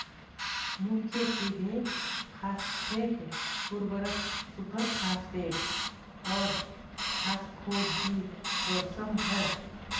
मुख्य सीधे फॉस्फेट उर्वरक सुपरफॉस्फेट और फॉस्फोजिप्सम हैं